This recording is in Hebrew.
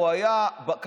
מה?